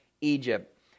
Egypt